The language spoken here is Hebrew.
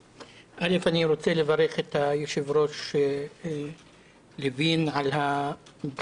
קודם כול אני רוצה לברך את היושב-ראש לוין על הבחירה.